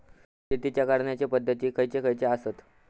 शेतीच्या करण्याचे पध्दती खैचे खैचे आसत?